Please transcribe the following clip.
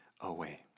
away